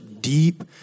deep